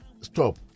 stop